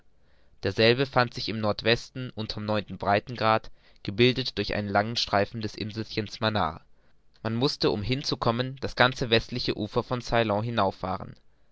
derselbe findet sich im nordwesten unter'm neunten breitegrad gebildet durch einen langen streifen des inselchens manaar man mußte um hin zu kommen das ganze westliche ufer von ceylon hinauf